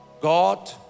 God